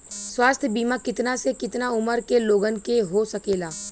स्वास्थ्य बीमा कितना से कितना उमर के लोगन के हो सकेला?